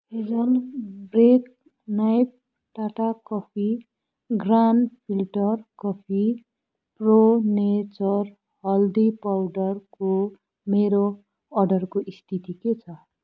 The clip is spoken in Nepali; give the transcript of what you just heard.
hazel bread knife Tata coffee grand filter coffee pro nature हर्दी पाउडरको मेरो अर्डरको स्थिति के छ